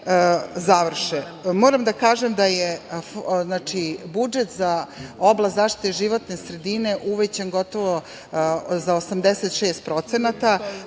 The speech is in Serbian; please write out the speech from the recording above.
da kažem da je budžet za oblast zaštite životne sredine uvećan gotovo za 86%, kao